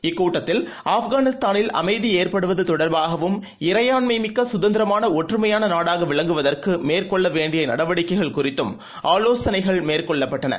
இக்கூட்டத்தில் ஆப்கானிஸ்தானில் அமைதிஏற்படுவதுதொடர்பாகவும் இறையாண்மைமிக்கசுதந்திரமானஒற்றுமையானநாடாகவிளங்குவதற்குமேற்கொள்ளவேண்டியநடவடிக்கைக்ளகுறி த்தும் ஆலோசனைகள் மேற்கொள்ளப்பட்டன